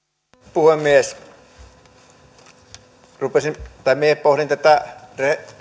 puhemies minä pohdin tätä